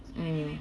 mm